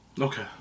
Okay